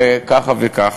וככה וככה.